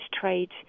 trade